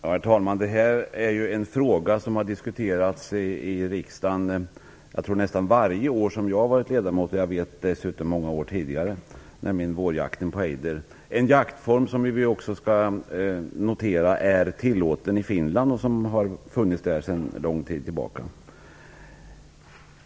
Herr talman! Det här är en fråga som diskuterats i riksdagen nästan varje år som jag har varit ledamot och dessutom redan många år tidigare. Vårjakten på ejder är en jaktform som är tillåten i Finland och har funnits där sedan lång tid tillbaka.